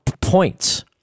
points